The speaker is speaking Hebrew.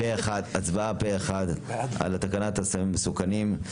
הצבעה פה אחד על תקנת הסמים המסוכנים.